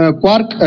quark